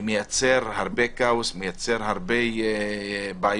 הוא מייצר הרבה כאוס, מייצר הרבה בעיות.